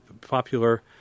popular